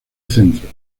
centro